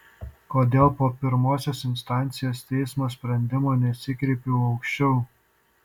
kodėl po pirmosios instancijos teismo sprendimo nesikreipiau aukščiau